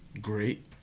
Great